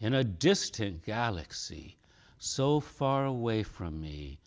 in a distant galaxy so far away from me